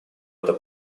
это